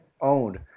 owned